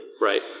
Right